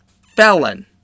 felon